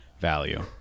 value